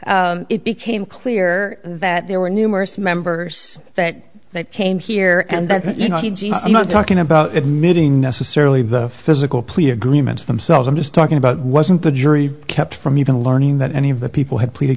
it became clear that there were numerous members that they came here and that you know i'm not talking about admitting necessarily the physical plea agreements themselves i'm just talking about wasn't the jury kept from even learning that any of the people had pleaded